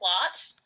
plot